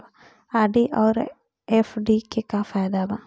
RD आउर FD के का फायदा बा?